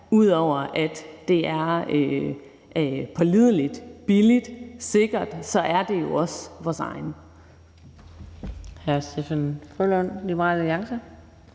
ud over at det er pålideligt, billigt og sikkert, at det også er vores egen.